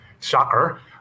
Shocker